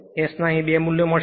અહીં S ના બે મૂલ્યો મળશે